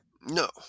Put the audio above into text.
No